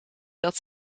dat